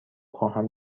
خواهم